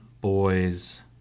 boys